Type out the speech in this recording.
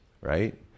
right